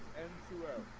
and throw